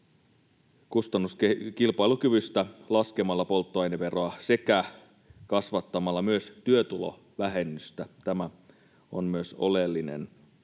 kustannuskilpailukyvystä laskemalla polttoaineveroa sekä kasvattamalla työtulovähennystä. Tämä on myös oleellinen.